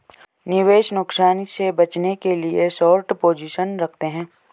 निवेशक नुकसान से बचने के लिए शार्ट पोजीशन रखते है